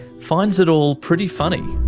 finds it all pretty funny.